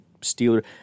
steeler